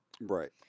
Right